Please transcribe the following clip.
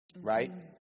right